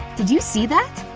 did you see that?